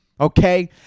okay